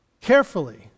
carefully